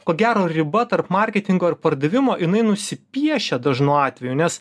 ko gero riba tarp marketingo ir pardavimo jinai nusipiešia dažnu atveju nes